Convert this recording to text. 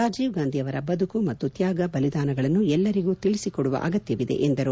ರಾಜೀವ್ ಗಾಂಧಿ ಅವರ ಬದುಕು ಮತ್ತು ತ್ವಾಗ ಬಲಿದಾನಗಳನ್ನು ಎಲ್ಲರಿಗೂ ತಿಳಿಸಿಕೊಡುವ ಅಗತ್ತವಿದೆ ಎಂದರು